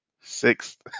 sixth